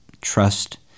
trust